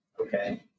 Okay